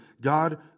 God